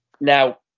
Now